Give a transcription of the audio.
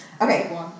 Okay